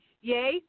yay